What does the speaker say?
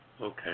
Okay